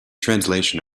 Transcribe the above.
translation